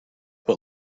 but